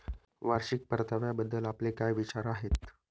वार्षिक परताव्याबद्दल आपले काय विचार आहेत?